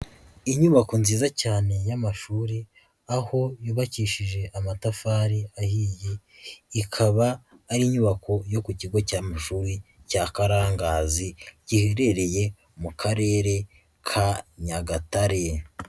Inyubako nziza cyane y'amashuri, aho yubakishije amatafari ahiye, ikaba ari inyubako yo ku kigo cy'amashuri cya karangazi giherereye mu karere ka nyagatare.